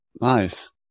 Nice